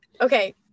Okay